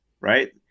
right